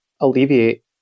alleviate